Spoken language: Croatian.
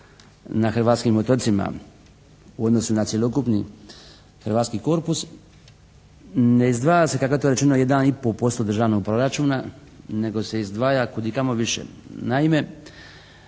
na hrvatskim otocima u odnosu na cjelokupni hrvatski korpus, ne izdvaja se kako je to rečeno 1 i po posto državnog proračuna nego se izdvaja kudikamo više. Naime